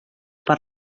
per